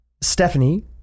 Stephanie